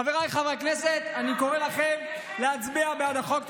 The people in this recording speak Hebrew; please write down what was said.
חבריי חברי הכנסת, אני קורא לכם להצביע בעד החוק.